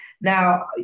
now